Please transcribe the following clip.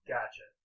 Gotcha